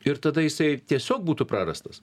ir tada jisai tiesiog būtų prarastas